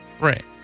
Right